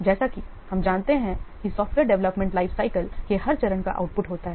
जैसा कि हम जानते हैं कि सॉफ्टवेयर डवलपमेंट लाइफ साइकिल के हर चरण का आउटपुट होता है